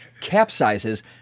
capsizes